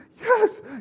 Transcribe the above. yes